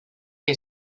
que